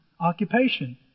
occupation